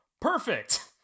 Perfect